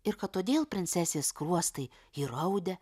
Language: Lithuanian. ir kad todėl princesės skruostai įraudę